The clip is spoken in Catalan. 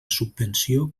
subvenció